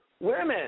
women